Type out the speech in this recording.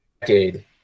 decade